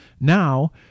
Now